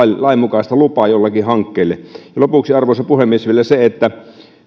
lainmukaista lupaa jollekin hankkeelle lopuksi arvoisa puhemies vielä se että